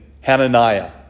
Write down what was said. Hananiah